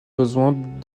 besoins